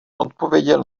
odpověděl